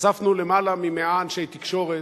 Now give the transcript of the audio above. אספנו למעלה מ-100 אנשי תקשורת,